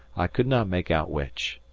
i could not make out which.